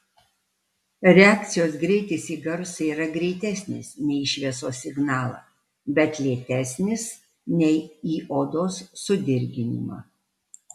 reakcijos greitis į garsą yra greitesnis nei į šviesos signalą bet lėtesnis nei į odos sudirginimą